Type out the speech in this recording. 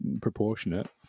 proportionate